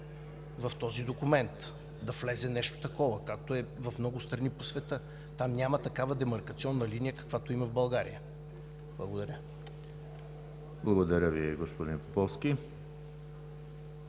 в този документ да влезе нещо такова, както е в много страни в света. Там няма такава демаркационна линия, каквато има в България. Благодаря. ПРЕДСЕДАТЕЛ ЕМИЛ ХРИСТОВ: Благодаря Ви, господин Поповски.